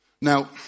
Now